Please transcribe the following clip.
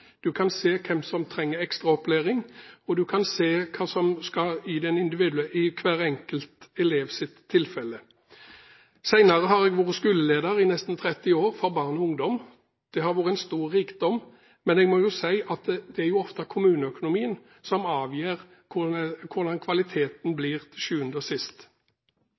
du kan se hvem som trenger ekstraopplæring, og du kan se hva som skal til for hver enkelt elev. Senere har jeg vært skoleleder i nesten 30 år for barn og ungdom. Det har vært en stor rikdom, men jeg må si at det er ofte kommuneøkonomien som avgjør hvordan kvaliteten blir til sjuende og sist.